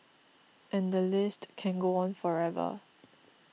and the list can go on forever